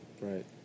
Right